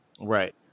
right